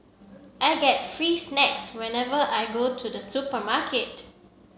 I get free snacks whenever I go to the supermarket